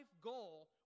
goal